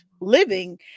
living